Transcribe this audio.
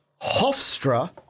Hofstra